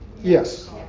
Yes